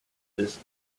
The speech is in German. ist